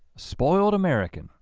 spoiled american.